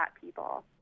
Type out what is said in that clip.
people